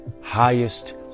highest